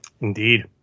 Indeed